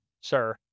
sir